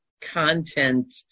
content